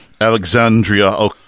Alexandria